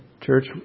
church